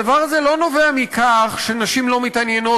הדבר הזה לא נובע מכך שנשים לא מתעניינות